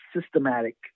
systematic